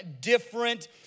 different